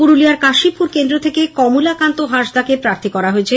পুরুলিয়ার কাশীপুর কেন্দ্র থেকে কমলাকান্ত হাঁসদাকে প্রাথী করা হয়েছে